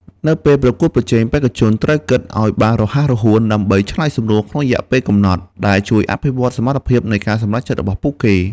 នៅពេលប្រកួតប្រជែងបេក្ខជនត្រូវគិតឲ្យបានរហ័សរហួនដើម្បីឆ្លើយសំណួរក្នុងរយៈពេលកំណត់ ដែលជួយអភិវឌ្ឍន៍សមត្ថភាពនៃការសម្រេចចិត្តរបស់ពួកគេ។